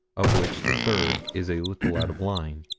of which the third is a little out of line.